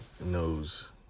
Knows